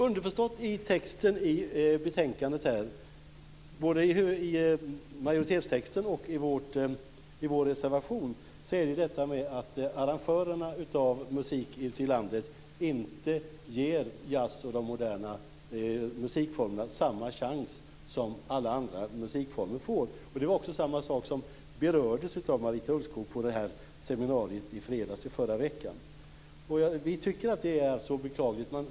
Underförstått i texten i betänkandet, både i majoritetstexten och i vår reservation, finns detta att arrangörerna av musik ute i landet inte ger jazzen och de moderna musikformerna samma chans som alla andra musikformer får. Samma sak berördes också av Marita Ulvskog på seminariet i fredags i förra veckan. Vi tycker att det är beklagligt.